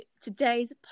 today's